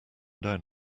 down